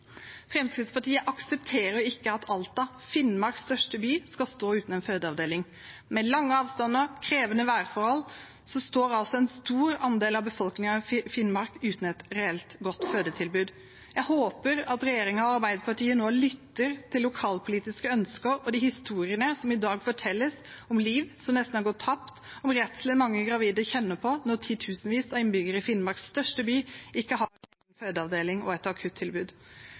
Fremskrittspartiet aksepterer ikke at Alta, Finnmarks største by, skal stå uten en fødeavdeling. Med lange avstander og krevende værforhold står altså en stor andel av befolkningen i Finnmark uten et reelt godt fødetilbud. Jeg håper at regjeringen og Arbeiderpartiet nå lytter til lokalpolitiske ønsker og de historiene som i dag fortelles om liv som nesten har gått tapt, og om redselen mange gravide kjenner på når tusenvis av innbyggere i Finnmarks største by ikke har fødeavdeling og et akuttilbud.